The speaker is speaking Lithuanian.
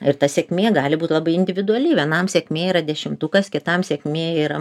ir ta sėkmė gali būt labai individuali vienam sėkmė yra dešimtukas kitam sėkmė yra